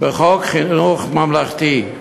בחוק חינוך ממלכתי,